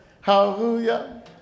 Hallelujah